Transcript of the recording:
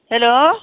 hello